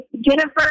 Jennifer